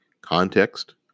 Context